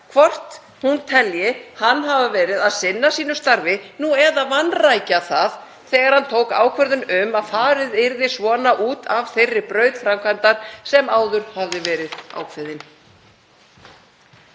hvort hún telji hann hafa verið að sinna sínu starfi, nú eða vanrækja það, þegar hann tók ákvörðun um að farið yrði svona út af þeirri braut framkvæmdar sem áður hafði verið ákveðin.